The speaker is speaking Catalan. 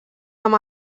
amb